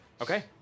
Okay